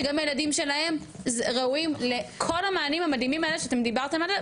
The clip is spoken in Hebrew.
שגם הילדים שלהם ראויים לכל המענים המדהימים האלה שאתם דיברתם עליהם,